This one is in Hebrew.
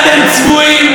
אתם צבועים,